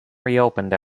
reopened